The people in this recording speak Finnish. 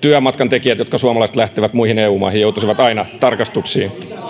työmatkan tekijät suomalaiset jotka lähtevät muihin eu maihin joutuisivat aina tarkastuksiin